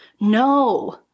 No